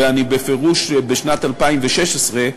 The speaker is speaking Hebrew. ואני בפירוש, בשנת 2016,